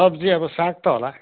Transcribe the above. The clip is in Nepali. सब्जी अब साग त होला